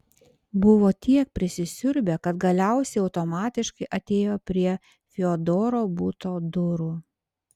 buvo tiek prisisiurbę kad galiausiai automatiškai atėjo prie fiodoro buto durų